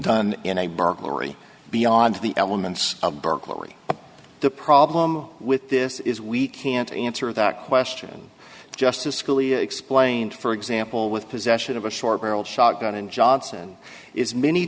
done in a burglary beyond the elements of burglary the problem with this is we can't answer that question justice scalia explained for example with possession of a short barreled shotgun and johnson is many